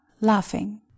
laughing